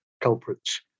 culprits